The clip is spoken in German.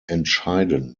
entscheiden